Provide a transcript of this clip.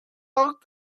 bought